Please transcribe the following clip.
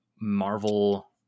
Marvel